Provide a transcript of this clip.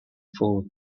full